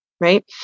Right